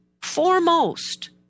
foremost